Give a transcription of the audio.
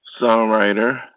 songwriter